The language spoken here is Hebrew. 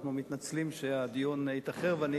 אנחנו מתנצלים על שהדיון התאחר ואני